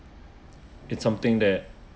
it's something that